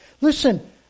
Listen